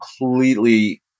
completely